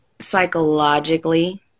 psychologically